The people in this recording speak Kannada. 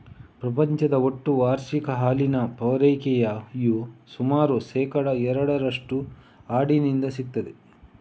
ಪ್ರಪಂಚದ ಒಟ್ಟು ವಾರ್ಷಿಕ ಹಾಲಿನ ಪೂರೈಕೆಯ ಸುಮಾರು ಶೇಕಡಾ ಎರಡರಷ್ಟು ಆಡಿನಿಂದ ಸಿಗ್ತದೆ